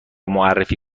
معرفی